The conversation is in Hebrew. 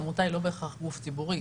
העמותה היא לא בהכרח גוף ציבורי.